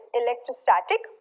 electrostatic